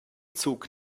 zug